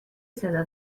صدا